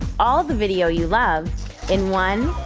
all the video you love in one,